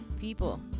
people